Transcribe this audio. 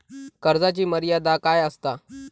कर्जाची मर्यादा काय असता?